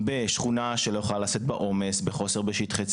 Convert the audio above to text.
בשכונה שלא יכולה לשאת בעומס, בחוסר בשטחי ציבור.